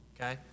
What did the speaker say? Okay